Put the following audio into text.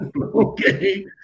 okay